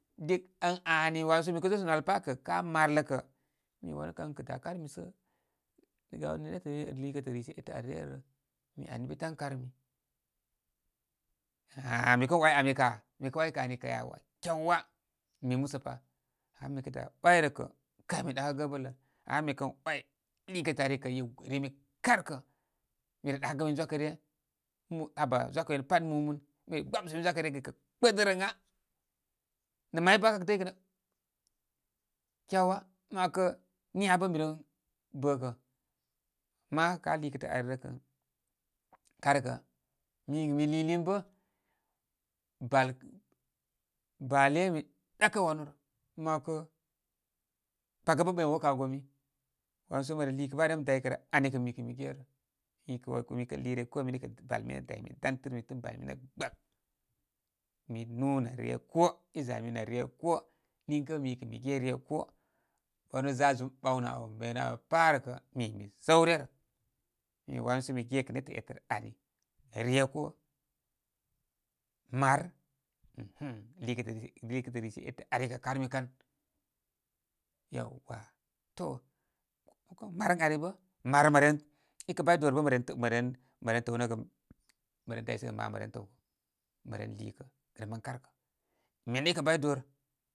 Ən aani wanu sə mi kə zó sə nwal pá kə kə maar lə kə mi wanu kan kə dá karmi sə kə garə nétə lii kətə rishe ete ari ryə rə rə. Mi ani ən bi tan karmi. ŋa mi kə ‘way ami ká mi kə ‘way kə ami kə kyawa, mi musə pa. Ama mi kə dá ‘way rə kə kay mi ɗakə gəbəl lə. Ama mi kən ‘way karkə. Mi re ɗa kəgə min gwakə ryə, haba zwákə minə pat núnún. Gbamsə min zwákərə regɨkə kpədərəŋa. Nə may bə aa dəygənə, kyawa ma ‘wakə niya bə mi ren bə kə. Ama aakə á lúkətə ari rəkə, kar kə mi min mi lúlún bə bal bale mi ɗakə wanu rə. Má ‘wakə paga bə ɓayma wookə aa gomi. Wansə mə liikə bə aa rem daykərə ami kə mikə mi gerə. Mi kə mi kən lii rye koo mnə kə bal minə daymidan. Tɨrmi tɨn bal minə gbək. Mi nú nə rye koo, izanmi nə rye koo. Niykə mi kə mige rye koo. Wanu za zum ɓawnə áw mene áw pa rə kə mi kə mi səw ryə rə. Mikə wanu sə migekə nétə etər ari. Rye koo, maar, nihin. Liikətə rishe etər ari kə karmi kan. Yawa, to kokə maar ən ari bə maar mə ren, ikə bay dor bə məren-maren-maren təw nəgə. Mə ren daysəgə nə maar mə ren təw mə ren lii kə reren karkə mene ikə bay dor.